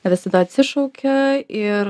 visada atsišaukia ir